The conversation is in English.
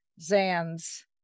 Zan's